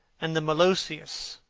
and the meloceus,